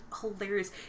hilarious